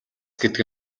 гэдэг